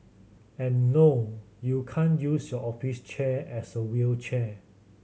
and no you can't use your office chair as a wheelchair